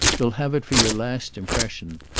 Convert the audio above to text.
you'll have it for your last impression.